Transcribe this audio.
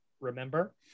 remember